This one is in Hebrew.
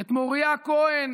את מוריה כהן